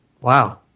Wow